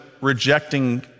rejecting